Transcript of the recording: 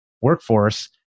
workforce